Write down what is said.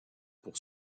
pour